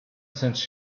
since